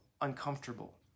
uncomfortable